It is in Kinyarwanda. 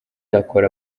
hakora